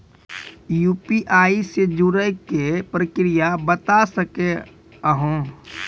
UPI से जुड़े के प्रक्रिया बता सके आलू है?